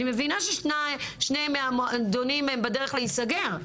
אני מבינה ששני המועדונים הם בדרך להיסגר,